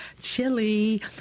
chili